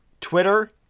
Twitter